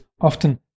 often